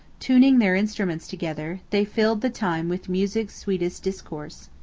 tuning their instruments together, they filled the time with music's sweetest discourse.